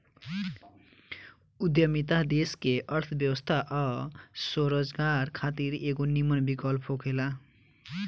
उद्यमिता देश के अर्थव्यवस्था आ स्वरोजगार खातिर एगो निमन विकल्प होखेला